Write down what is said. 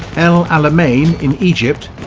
el alamein in egypt,